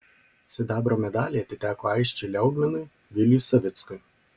sidabro medaliai atiteko aisčiui liaugminui viliui savickui